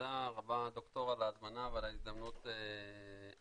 תודה רבה, ד"ר, על ההזמנה ועל ההזדמנות להציג.